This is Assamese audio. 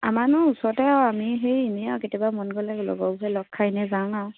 আমাৰনো ওচৰতে আৰু আমি সেই এনেই আৰু কেতিয়াবা মন গ'লে লগৰবোৰে লগ খাই এনেই যাওঁ আৰু